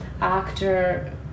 actor